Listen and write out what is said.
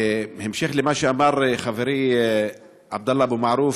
בהמשך למה שאמר חברי עבדאללה אבו מערוף,